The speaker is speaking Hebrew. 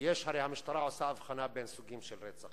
הרי המשטרה עושה הבחנה בין סוגים של רצח,